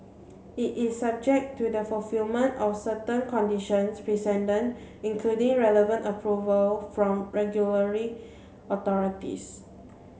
it is subject to the fulfilment of certain conditions precedent including relevant approval from regulatory authorities